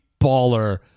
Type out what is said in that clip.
baller